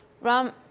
Ram